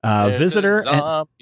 Visitor